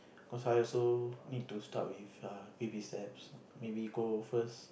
cause I also need to start with err baby steps maybe go first